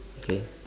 K